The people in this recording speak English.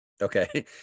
okay